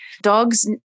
Dogs